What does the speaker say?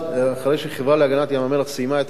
אחרי שהחברה להגנת ים-המלח סיימה את עבודתה,